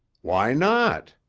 why not?